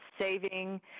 saving